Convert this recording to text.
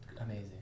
amazing